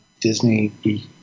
Disney